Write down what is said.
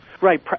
Right